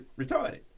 retarded